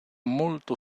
molto